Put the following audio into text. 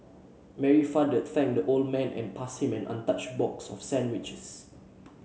Mary father thanked the old man and passed him an untouched box of sandwiches